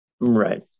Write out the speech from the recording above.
Right